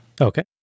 Okay